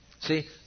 See